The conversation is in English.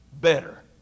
better